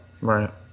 Right